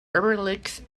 overlooks